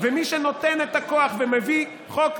מי שנותן את הכוח ומביא חוק,